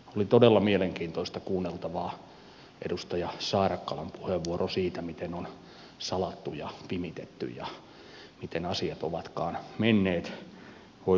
oli todella mielenkiintoista kuunneltavaa edustaja saarakkalan puheenvuoro siitä miten on salattu ja pimitetty ja miten asiat ovatkaan menneet